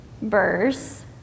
Verse